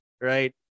Right